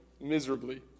miserably